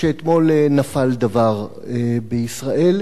שאתמול נפל דבר בישראל,